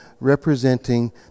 representing